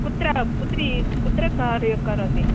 कुत्र पुत्री कुत्र कार्यं करोति